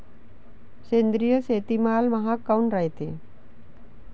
सेंद्रिय शेतीमाल महाग काऊन रायते?